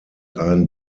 ein